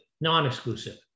non-exclusive